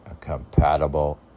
compatible